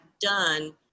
done